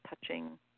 touching